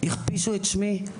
הכפישו את שמי.